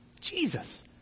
Jesus